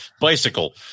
Bicycle